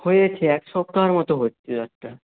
হয়েছে এক সপ্তাহর মতো হচ্ছে জ্বরটা